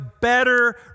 better